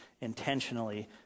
intentionally